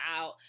out